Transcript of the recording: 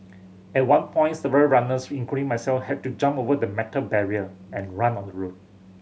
at one point several runners including myself had to jump over the metal barrier and run on the road